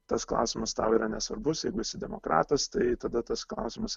tas klausimas tau yra nesvarbus jeigu esi demokratas tai tada tas klausimas